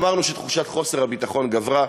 אמרנו שתחושת חוסר הביטחון גברה,